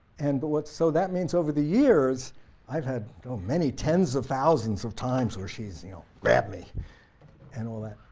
and so but what so that means over the years i've had many tens of thousands of times where she's you know grabbed me and all that,